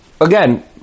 again